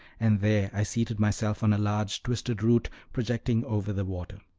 and there i seated myself on a large twisted root projecting over the water.